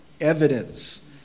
evidence